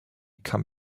come